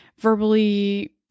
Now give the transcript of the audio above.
verbally